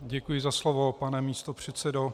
Děkuji za slovo, pane místopředsedo.